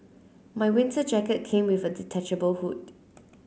my winter jacket came with a detachable hood